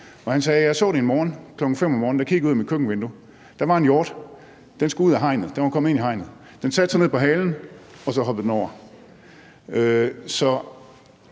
Han sagde: Jeg så det en morgen; kl. 5.00 om morgenen kiggede jeg ud af mit køkkenvindue, og der var der en hjort, som var kommet ind i indhegningen; den satte sig ned på halen, og så hoppede den over.